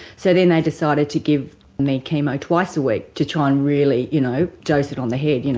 so then they decided to give me chemo twice a week to try and really you know dose it on the head, you know